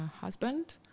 husband